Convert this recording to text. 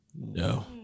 No